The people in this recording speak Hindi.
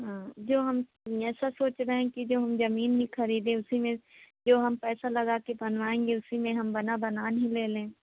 हाँ जो हम ऐसा सोच रहै हैं कि जो हम ज़मीन खरीदें उसी में जो हम पैसा लगाकर बनवाएँगे उसी में हम बना बना ही ले लें